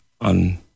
on